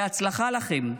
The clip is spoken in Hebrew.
בהצלחה לכם.